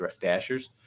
dashers